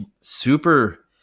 super